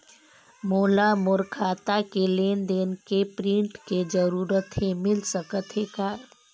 मोला मोर खाता के लेन देन के प्रिंट के जरूरत हे मिल सकत हे का?